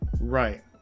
right